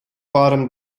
bottom